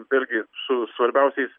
vėlgi su svarbiausiais